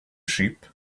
sheep